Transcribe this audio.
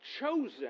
chosen